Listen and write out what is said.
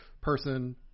person